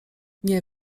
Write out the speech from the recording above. nie